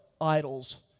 idols